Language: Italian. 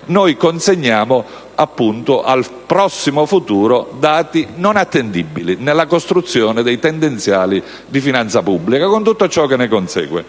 rilevanti per il passato, dati non attendibili, nella costruzione dei tendenziali di finanza pubblica, con tutto ciò che ne consegue.